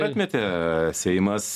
atmetė seimas